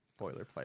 boilerplate